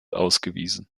ausgewiesen